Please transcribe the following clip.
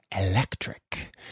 Electric